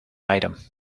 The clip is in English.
item